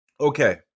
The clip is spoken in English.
Okay